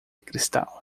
cristal